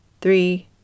three